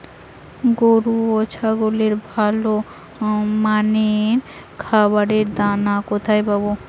গরু ও ছাগলের ভালো মানের খাবারের দানা কোথায় পাবো?